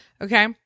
okay